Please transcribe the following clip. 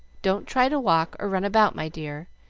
don't try to walk or run about, my dear.